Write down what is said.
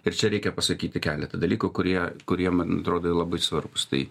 ir čia reikia pasakyti keletą dalykų kurie kurie man atrodo jie labai svarbūs tai